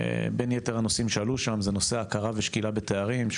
בין יתר הנושאים שעלו שם הוא נושא הכרה ושקילה בתארים.